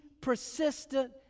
persistent